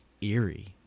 eerie